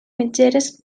mitgeres